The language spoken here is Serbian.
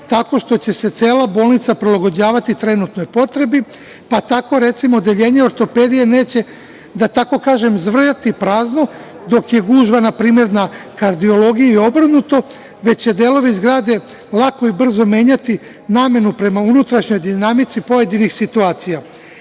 tako što će se cela bolnica prilagođavati trenutnoj potrebi, pa tako, recimo, odeljenje ortopedije neće, da tako kažem, zvrjati prazno, dok je gužva npr. na kardiologiji i obrnuto, već će delovi zgrade lako i brzo menjati namenu prema unutrašnjoj dinamici pojedinih situacija. Ako